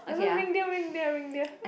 no no reindeer reindeer reindeer